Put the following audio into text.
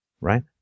Right